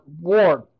Ward